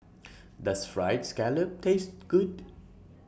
Does Fried Scallop Taste Good